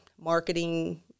marketing